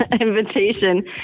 invitation